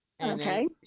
Okay